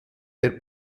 der